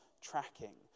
tracking